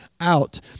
out